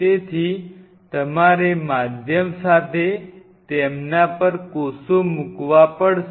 તેથી તમારે માધ્યમ સાથે તેમના પર કોષો મૂકવા પડશે